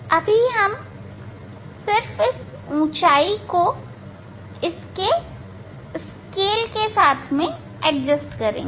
अभी हम सिर्फ इस ऊंचाई को इसके स्केल के साथ एडजस्ट करेंगे